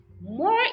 more